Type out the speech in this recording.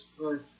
Right